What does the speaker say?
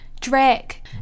Drake